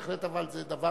זה, בהחלט, דבר